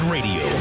Radio